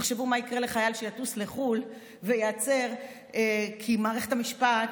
תחשבו מה יקרה לחייל שיטוס לחו"ל וייעצר כי מערכת המשפט